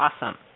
Awesome